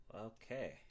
Okay